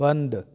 बंदि